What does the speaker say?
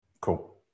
Cool